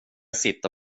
sitta